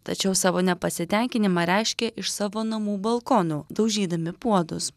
tačiau savo nepasitenkinimą reiškė iš savo namų balkonų daužydami puodus